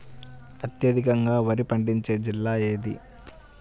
అత్యధికంగా వరి పండించే జిల్లా ఏది?